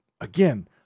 again